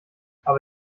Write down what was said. aber